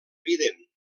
evident